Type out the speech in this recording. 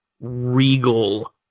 regal